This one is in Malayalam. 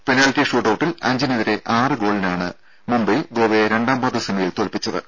പെനാൽറ്റി ഷൂട്ടൌട്ടിൽ അഞ്ചിനെതിരെ ആറ് ഗോളിനാണ് മുംബൈ ഗോവയെ രണ്ടാംപാദ സെമിയിൽ തോൽപ്പിച്ചത്